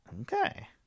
Okay